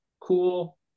cool